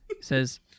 says